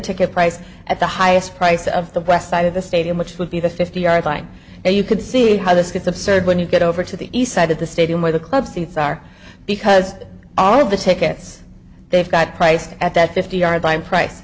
ticket price at the highest price of the west side of the stadium which would be the fifty yard line and you could see how this gets absurd when you get over to the east side of the stadium where the club seats are because all of the tickets they've got priced at that fifty yard line price